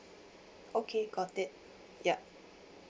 okay got it yup